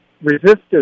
resistance